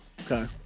Okay